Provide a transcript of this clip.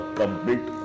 complete